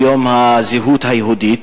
ביום הזהות היהודית,